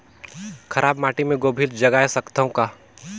खराब माटी मे गोभी जगाय सकथव का?